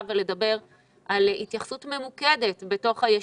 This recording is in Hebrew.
ולדבר על התייחסות ממוקדת בתוך היישובים,